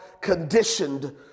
conditioned